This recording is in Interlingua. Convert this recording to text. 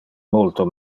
multo